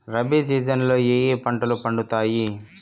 rabi season లో ఏ ఏ పంటలు పండుతాయి